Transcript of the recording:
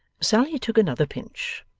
sally took another pinch.